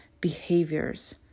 behaviors